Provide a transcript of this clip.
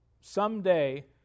Someday